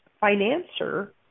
financier